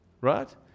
Right